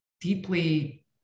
deeply